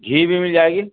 گھی بھی مل جائے گی